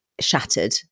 shattered